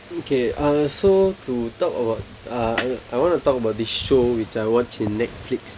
okay uh so to talk about uh I want to talk about this show which I watch in netflix